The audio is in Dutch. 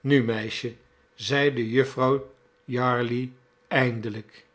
nu meisjel zeide jufvrouw jarley eindelijk